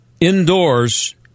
indoors